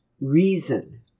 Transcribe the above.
reason